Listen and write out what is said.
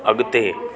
अॻिते